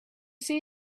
see